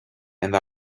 and